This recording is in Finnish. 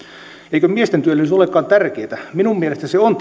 eikö miesten työllisyys olekaan tärkeää minun mielestäni se on